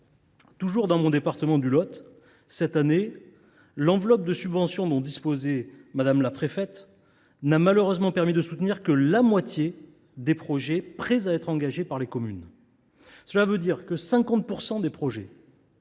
Toujours dans le département du Lot, cette année, l’enveloppe de subventions dont disposait Mme la préfète n’a malheureusement permis de soutenir que la moitié des projets prêts à être engagés par les communes. Cela signifie que la moitié des projets